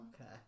Okay